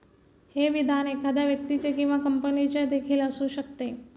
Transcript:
हे विधान एखाद्या व्यक्तीचे किंवा कंपनीचे देखील असू शकते